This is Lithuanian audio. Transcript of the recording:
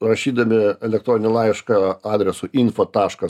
rašydami elektroninį laišką adresu info taškas